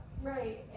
Right